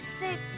six